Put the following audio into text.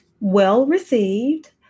well-received